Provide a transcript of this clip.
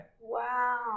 Wow